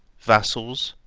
vassals,